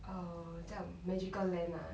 err 叫 magical land ah